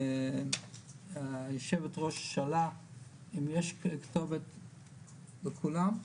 יושבת הראש שאלה אם יש כתובת לכולם,